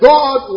God